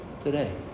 today